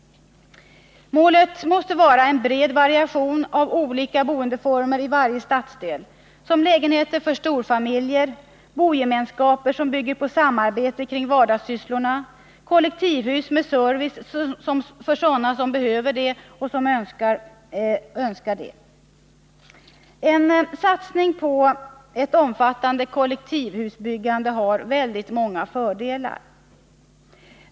Målet måste vara en bred variation av olika boendeformer i varje stadsdel, såsom lägenheter för storfamiljer, bogemenskaper som bygger på samarbete kring vardagssysslor och kollektivhus med service för sådana som behöver och önskar det. En satsning på ett omfattande kollektivhusbyggande har väldigt många fördelar.